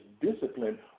discipline